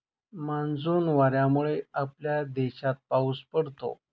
monsoon वाऱ्यांमुळे आपल्या देशात पाऊस पडतो